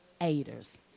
aiders